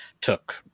took